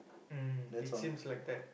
mm it seems like that